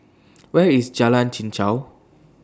Where IS Jalan Chichau